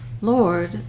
Lord